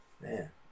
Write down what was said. man